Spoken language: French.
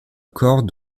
corps